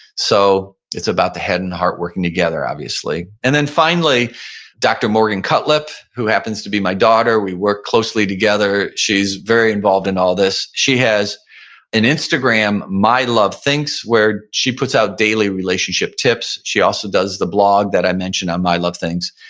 so it's about the head and heart working together obviously. and then finally dr. morgan cutlip, who happens to be my daughter. we work closely together. she's very involved in all of this. she has an instagram, my love thinks, where she puts out daily relationship tips. she also does the blog that i mentioned on my love thinks,